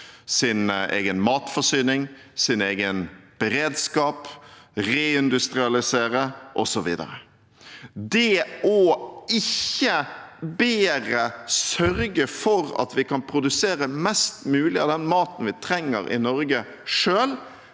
sin egen matforsyning, sin egen beredskap, reindustrialisere osv. Det at vi ikke bedre sørger for at vi selv kan produsere mest mulig av den maten vi trenger i Norge,